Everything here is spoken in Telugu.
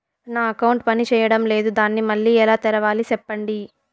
నా అకౌంట్ పనిచేయడం లేదు, దాన్ని మళ్ళీ ఎలా తెరవాలి? సెప్పండి